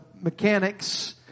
mechanics